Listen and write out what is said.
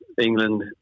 England